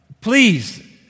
Please